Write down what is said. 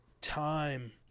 time